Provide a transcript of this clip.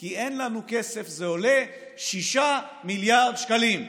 כי אין לנו כסף, זה עולה 6 מיליארד שקלים.